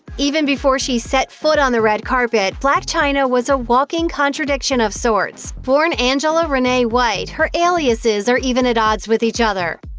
even before she set foot on the red carpet, blac chyna was a walking contradiction of sorts. born angela renee white, her aliases are even at odds with each other.